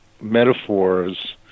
metaphors